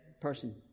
person